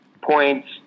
points